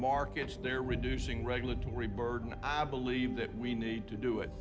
markets they're reducing regulatory burden and i believe that we need to do it